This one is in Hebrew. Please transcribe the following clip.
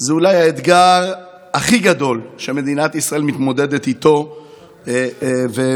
היא אולי האתגר הכי גדול שמדינת ישראל מתמודדת איתו ומולו.